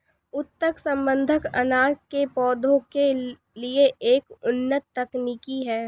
ऊतक संवर्धन अनार के पौधों के लिए एक उन्नत तकनीक है